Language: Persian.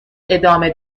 ادامه